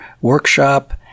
workshop